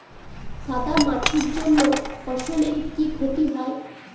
সাদা মাছির জন্য ফসলের কি ক্ষতি হয়?